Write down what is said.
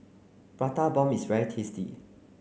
Prata bomb is very tasty